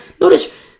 Notice